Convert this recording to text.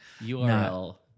URL